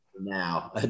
now